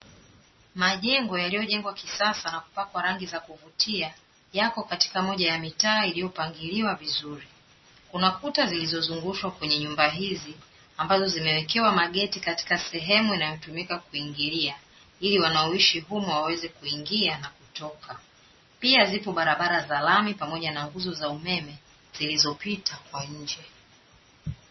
Majengo yaliyojengwa kisasa na kupakwa rangi za kuvutia, yako katika moja ya mitaa iliyopangiliwa vizuri. Kuna kuta zilizozungushwa kwenye nyumba hizi ambazo zimekewa mageti katika sehemu inayotumika kuingilia, ili wanaoishi humo waweze kuingia na kutoka. Pia zipo barabara za lami pamoja na nguzo za umeme zilizopita kwa nje.